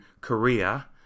Korea